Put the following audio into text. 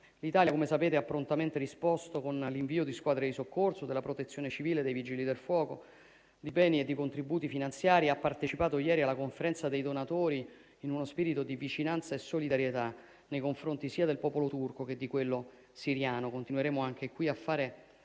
L'Italia, come sapete, ha prontamente risposto con l'invio di squadre di soccorso della Protezione civile e dei Vigili del fuoco, di beni e di contributi finanziari. Ha partecipato, ieri, alla Conferenza dei donatori, in uno spirito di vicinanza e solidarietà, nei confronti sia del popolo turco che di quello siriano. Continueremo, anche qui, a fare